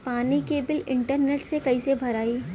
पानी के bill internet से कइसे भराई?